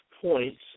points